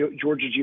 Georgia